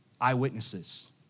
eyewitnesses